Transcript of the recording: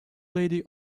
lady